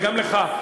וגם לך,